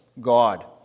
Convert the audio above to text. God